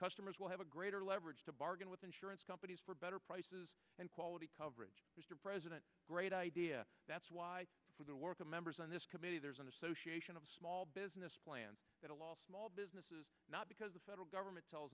customers will have a greater leverage to bargain with insurance companies for better prices and quality coverage president great idea that's why for the work of members on this committee there's an association of small business plans that a law business is not because the federal government tells